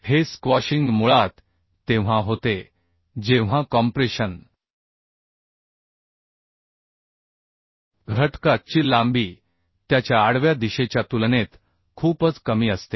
हे स्क्वॉशिंग मुळात तेव्हा होते जेव्हा कॉम्प्रेशन घटका ची लांबी त्याच्या आडव्या दिशेच्या तुलनेत खूपच कमी असते